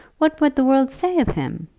what would the world say of him?